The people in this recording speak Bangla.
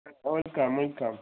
আচ্ছা ওয়েলকাম ওয়েলকাম